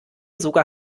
sogar